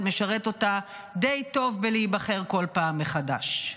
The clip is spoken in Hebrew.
זה משרת אותה די טובה בלהיבחר כל פעם מחדש.